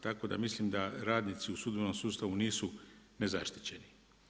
Tako da mislim da radnici u sudbenom sustavu nisu nezaštićeni.